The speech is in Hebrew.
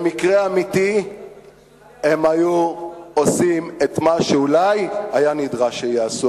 במקרה אמיתי הם היו עושים את מה שאולי היה נדרש שיעשו,